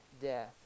death